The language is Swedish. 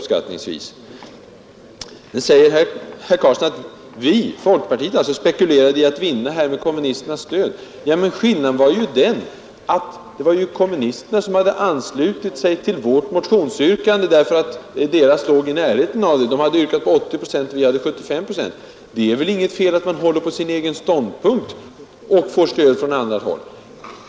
Sedan säger herr Karlsson i Huskvarna att vi, alltså folkpartiet, spekulerade i att vinna med kommunisternas stöd. Men det var ju kommunisterna som anslöt sig till vårt motionsyrkande därför att deras låg i närheten — de hade yrkat på ett statsbidrag till kommunerna med 80 procent och vi hade yrkat 75 procent. Det är väl inget fel att man håller på sin egen ståndpunkt och får stöd från annat håll.